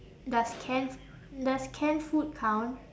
does canned does canned food count